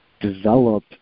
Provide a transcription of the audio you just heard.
develop